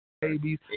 babies